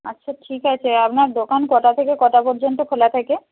আচ্ছা ঠিক আছে আপনার দোকান কটা থেকে কটা পর্যন্ত খোলা থাকে